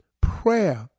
prayer